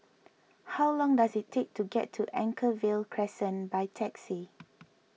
how long does it take to get to Anchorvale Crescent by taxi